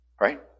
Right